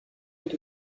est